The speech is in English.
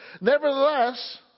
Nevertheless